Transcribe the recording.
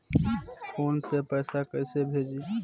Phone से पैसा कैसे भेजी?